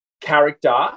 character